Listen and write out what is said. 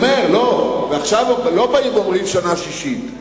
ועכשיו לא באים ואומרים, שנה שישית,